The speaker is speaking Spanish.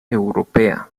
europea